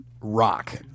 rock